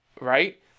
right